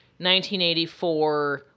1984